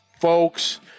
folks